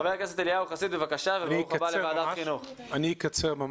אני אקצר.